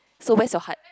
so where's you're heart